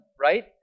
right